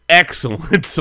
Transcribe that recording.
excellent